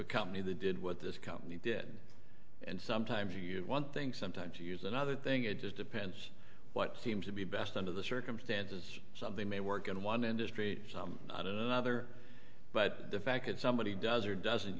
accompany the did what this company did and sometimes you get one thing sometimes you use another thing it just depends what seems to be best under the circumstances something may work in one industry on another but the fact that somebody does or doesn't